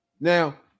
Now